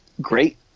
great